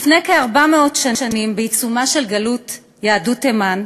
לפני כ-400 שנים, בעיצומה של גלות יהדות תימן,